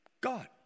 God